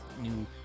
new